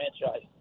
franchise